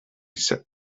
set